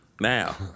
now